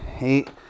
eight